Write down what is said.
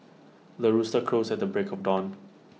the rooster crows at the break of dawn